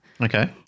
Okay